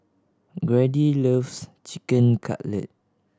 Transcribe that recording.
Grady loves Chicken Cutlet